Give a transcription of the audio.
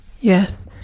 Yes